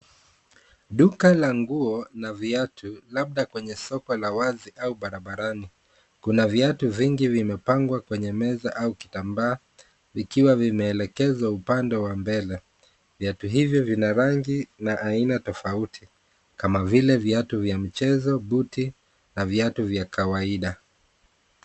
Duka la nguo na viatu labda kwenye soko la wazi au barabarani. Kuna viatu vingi vimepangwa kwenye meza au kitambaa vikiwa vimeelekezwa upande wa mbele. Viatu hivyo vina rangi na aina tofauti kama vile viatu vya michezo buti na viatu vya kawaida.